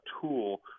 tool